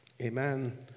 amen